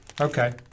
Okay